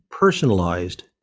personalized